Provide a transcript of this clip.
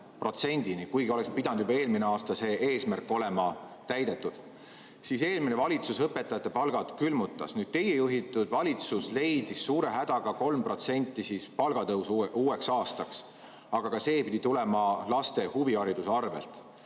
112%-ni, kuigi oleks pidanud juba eelmisel aastal see eesmärk olema täidetud. Eelmine valitsus õpetajate palgad külmutas. Teie juhitud valitsus leidis suure hädaga 3% palgatõusu uueks aastaks, aga see pidi tulema laste huvihariduse arvel.